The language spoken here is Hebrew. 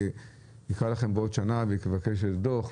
אני אקרא לכם בעוד שנה ואבקש דוח,